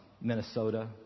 Minnesota